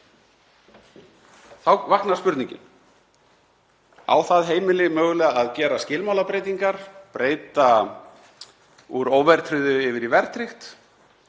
Þá vaknar spurningin: Á það heimili mögulega að gera skilmálabreytingar, breyta úr óverðtryggðu yfir í verðtryggt?